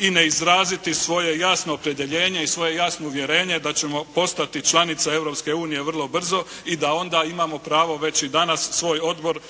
i ne izraziti svoje jasno opredjeljenje i svoje jasno uvjerenje da ćemo postati članica Europske unije vrlo brzo i da onda imamo pravo već i danas svoj odbor u